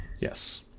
Yes